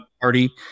party